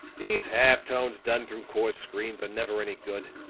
these half-tones done through coarse screens are never any good,